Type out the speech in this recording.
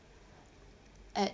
at